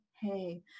hey